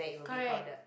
correct